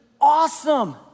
awesome